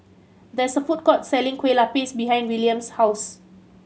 there is a food court selling Kueh Lupis behind Wiliam's house